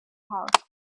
house